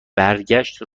برگشت